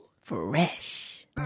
Fresh